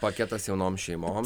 paketas jaunom šeimom